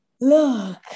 look